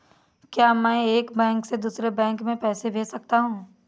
क्या मैं एक बैंक से दूसरे बैंक में पैसे भेज सकता हूँ?